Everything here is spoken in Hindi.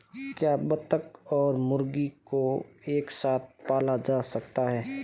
क्या बत्तख और मुर्गी को एक साथ पाला जा सकता है?